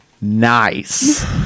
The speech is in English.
nice